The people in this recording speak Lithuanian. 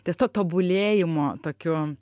ties to tobulėjimo tokiu